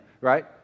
right